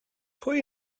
pwy